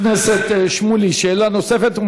חבר הכנסת שמולי, שאלה נוספת.